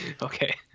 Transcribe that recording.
Okay